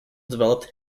developed